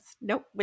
Nope